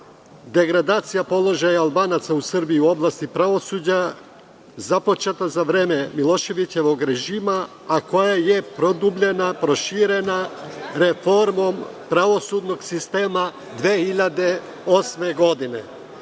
degradacija položaja Albanaca u Srbiji u oblasti pravosuđa, započeta za vreme Miloševićevog režima, a koja je produbljena, proširena, reformo pravosudnog sistema 2008. godine,